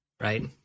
right